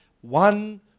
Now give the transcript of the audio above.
one